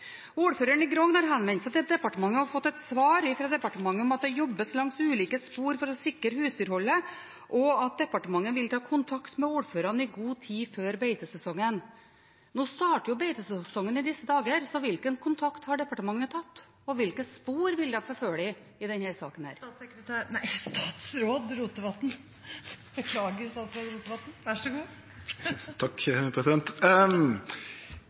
Ordføreren i Grong har henvendt seg til departementet og fått et svar fra departementet om at det jobbes langs ulike spor for å sikre husdyrholdet, og at departementet vil ta kontakt med ordførerne i god tid før beitesesongen. Nå starter beitesesongen i disse dager, så hvilken kontakt har departementet tatt, og hvilke spor vil de forfølge i denne saken? Sjølv om vi i